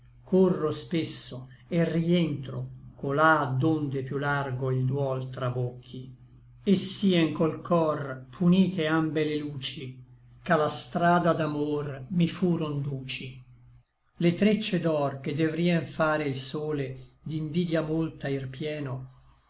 corro spesso et rïentro colà donde piú largo il duol trabocchi et sien col cor punite ambe le luci ch'a la strada d'amor mi furon duci le treccie d'òr che devrien fare il sole d'invidia molta ir pieno